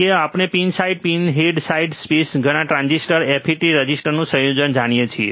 કે આપણે pin side pin head size સ્પેસમાં ઘણા ટ્રાન્ઝિસ્ટર FET રેઝિસ્ટરનું સંયોજન જાણીએ છીએ